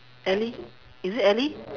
ellie